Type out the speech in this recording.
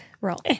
Roll